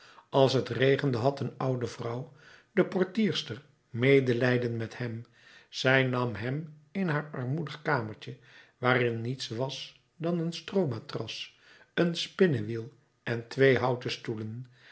als t regende had een oude vrouw de portierster medelijden met hem zij nam hem in haar armoedig kamertje waarin niets was dan een stroomatras een spinnewiel en twee houten stoelen